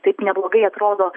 taip neblogai atrodo